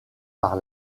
par